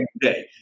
day